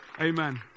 Amen